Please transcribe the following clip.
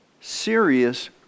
serious